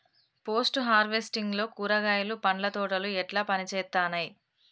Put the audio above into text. Post harvesting లో కూరగాయలు పండ్ల తోటలు ఎట్లా పనిచేత్తనయ్?